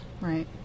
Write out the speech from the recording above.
Right